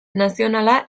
nazionala